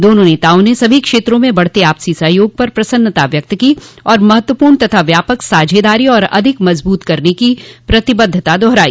दोनों नेताओं ने सभी क्षेत्रों में बढ़ते आपसी सहयोग पर प्रसन्नता व्यक्त को और महत्वपूर्ण तथा व्यापक साझेदारी और अधिक मजबूत करने की प्रतिबद्धता दोहराई